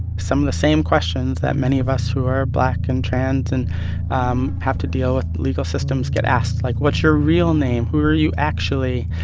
some of the same questions that many of us who are black and trans and um have to deal with legal systems get asked, like, what's your real name? who are you actually?